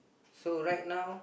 so right now